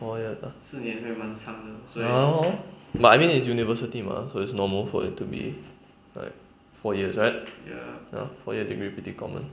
four year ah ah hor but I mean is university mah so it's normal for it to be like four years right ya four years degree pretty common